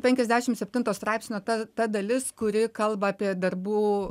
penkiasdešim septinto straipsnio ta ta dalis kuri kalba apie darbų